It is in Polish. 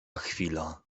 chwila